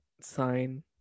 sign